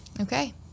Okay